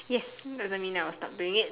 yes doesn't mean I'll stop doing it